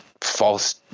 false